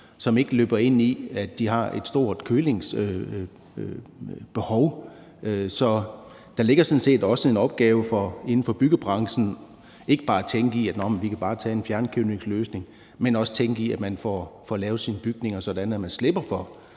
som ikke løber ind i, at de har et stort kølingsbehov. Så der ligger sådan set også en opgave inden for byggebranchen med ikke bare at tænke, at man kan lave en fjernkølingsløsning, men også ved at tænke på, at man får lavet sine bygninger, sådan at man slipper for